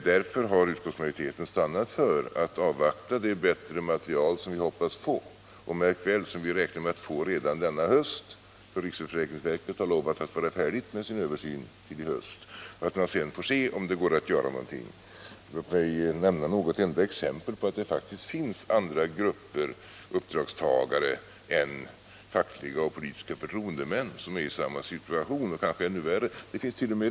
Därför har utskottsmajoriteten stannat för att avvakta det bättre material som vi hoppas få och som vi — märk väl! — räknar med att få redan denna höst. Riksförsäkringsverket har nämligen lovat att vara färdigt med sin översyn då, och därefter får vi se om det går att göra någonting. Låt mig nämna något enda exempel på att det faktiskt finns andra grupper uppdragstagare än fackliga och politiska förtroendemän som är i samma situation eller kanske en ännu värre. Det finnst.o.m.